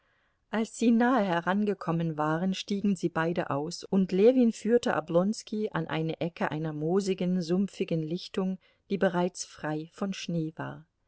als sie nahe herangekommen waren stiegen sie beide aus und ljewin führte oblonski an eine ecke einer moosigen sumpfigen lichtung die bereits frei von schnee war